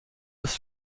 des